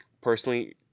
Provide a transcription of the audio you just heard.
personally